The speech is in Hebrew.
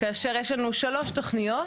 כאשר יש לנו שלוש תוכניות